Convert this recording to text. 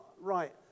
right